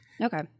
Okay